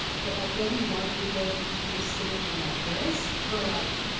but like there'll be one video of you just sitting there like this for like,